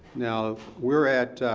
now we're at,